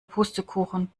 pustekuchen